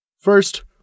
First